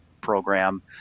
program